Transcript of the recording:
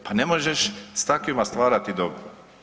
Pa ne možeš s takvima stvarati dobro.